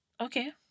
Okay